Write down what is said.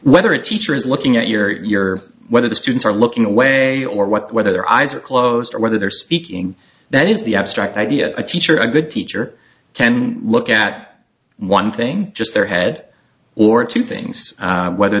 whether a teacher is looking at your one of the students are looking away or what whether their eyes are closed or whether they're speaking that is the abstract idea a teacher a good teacher can look at one thing just their head or two things whether